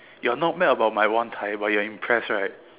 you're not mad about my one tai but you're impressed right